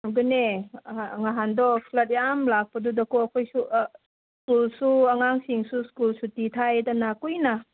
ꯑꯗꯨꯅꯦ ꯅꯍꯥꯟꯗꯣ ꯐ꯭ꯂꯗ ꯌꯥꯝ ꯂꯥꯛꯄꯗꯨꯗꯀꯣ ꯑꯩꯈꯣꯏꯁꯨ ꯁ꯭ꯀꯨꯜꯁꯨ ꯑꯉꯥꯡꯁꯤꯡꯁꯨ ꯁ꯭ꯀꯨꯜ ꯁꯨꯇꯤ ꯊꯥꯏꯗꯅ ꯀꯨꯏꯅ